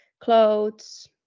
clothes